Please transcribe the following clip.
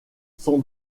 son